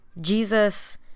Jesus